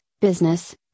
business